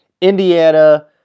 Indiana